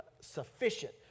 sufficient